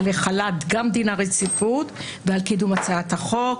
גם על החלת דין הרציפות וגם על קידום הצעת החוק.